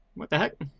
what the heck?